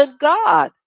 god